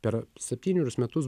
per septynerius metus